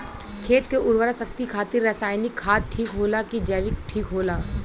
खेत के उरवरा शक्ति खातिर रसायानिक खाद ठीक होला कि जैविक़ ठीक होई?